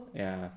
ya